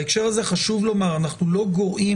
בהקשר הזה חשוב לומר, אנחנו לא גורעים,